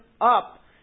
up